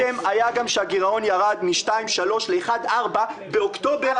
אותו קסם היה גם כשהגירעון ירד מ-2.3 ל-1.4 באוקטובר 2017. אבל